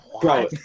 Bro